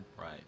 Right